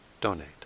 donate